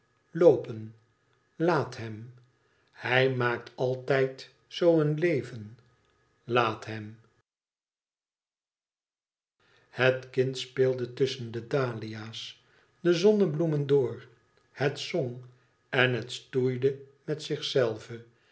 loopen laat hem hij maakt altijd zoo een leven laat hem het kind speelde tusschen de dahlia's de zonnebloemen door het zong en het stoeide met zichzelve